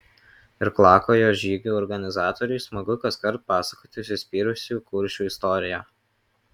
irklakojo žygių organizatoriui smagu kaskart pasakoti užsispyrusių kuršių istoriją